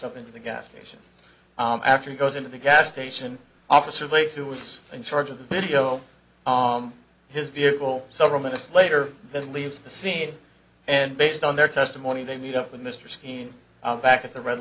up into the gas station after he goes into the gas station officer blake who was in charge of the video on his vehicle several minutes later then leaves the scene and based on their testimony they meet up with mr skeen back at the red